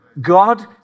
God